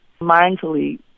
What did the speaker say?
mindfully